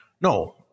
No